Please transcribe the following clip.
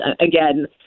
Again